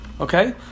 okay